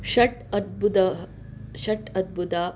षट् अद्भुत षट् अद्भुता